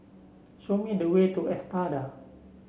show me the way to Espada